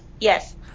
Yes